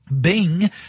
Bing